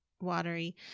watery